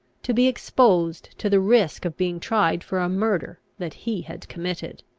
to be exposed to the risk of being tried for a murder that he had committed.